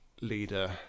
leader